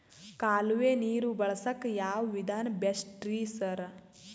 ಕಾಲುವೆ ನೀರು ಬಳಸಕ್ಕ್ ಯಾವ್ ವಿಧಾನ ಬೆಸ್ಟ್ ರಿ ಸರ್?